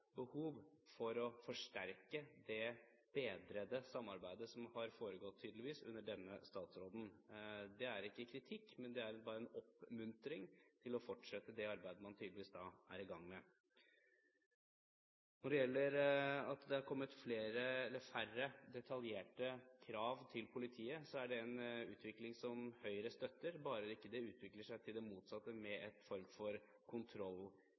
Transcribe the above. behov for å forsterke det bedrede samarbeidet som har foregått, tydeligvis, under denne statsråden. Det er ikke kritikk, men bare en oppmuntring til å fortsette det arbeidet man tydeligvis er i gang med. Det at det har kommet færre detaljerte krav til politiet, er en utvikling som Høyre støtter, bare det ikke utvikler seg til det motsatte, med en form for